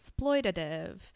exploitative